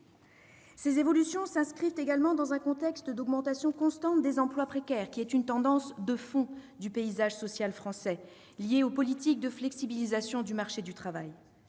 Ces évolutions s'inscrivent également dans un contexte d'augmentation constante des emplois précaires, qui est une tendance de fond du paysage social français liée aux politiques de flexibilisation du marché du travail.